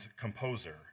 composer